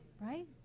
right